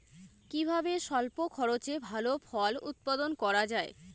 কিভাবে স্বল্প খরচে ভালো ফল উৎপাদন করা যায়?